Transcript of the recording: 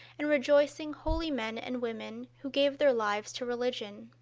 and rejoicing, holy men and women who gave their lives to religion.